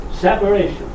separation